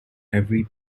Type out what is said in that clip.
every